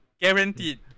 guaranteed